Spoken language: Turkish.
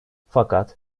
fakat